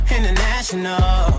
International